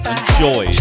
Enjoy